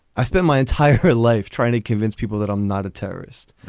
i spend my entire life trying to convince people that i'm not a terrorist.